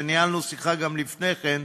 וגם ניהלנו שיחה לפני כן,